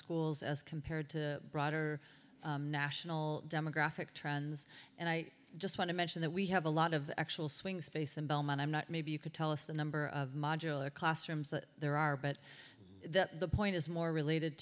schools as compared to broader national demographic trends and i just want to mention that we have a lot of actual swing space in belmont i'm not maybe you could tell us the number of modular classrooms there are but that the point is more related